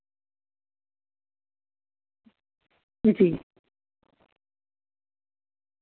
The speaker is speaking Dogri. जी